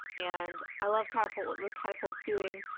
and i love catapult what catapult's doing.